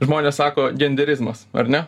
žmonės sako genderizmas ar ne